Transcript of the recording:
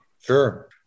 Sure